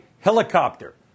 helicopter